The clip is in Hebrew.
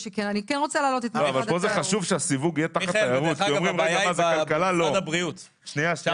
פה חשוב שהסיווג יהיה תחת תיירות, זה לא סתם